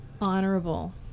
honorable